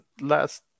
last